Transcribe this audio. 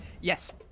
yes